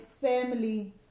family